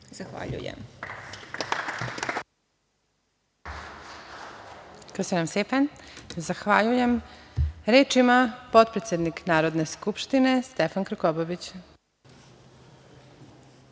Zahvaljujem. **Elvira Kovač** Zahvaljujem. Reč ima potpredsednik Narodne skupštine, Stefan Krkobabić.